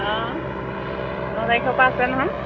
অঁ ন তাৰিখৰ পৰা আছে নহয়